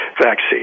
vaccine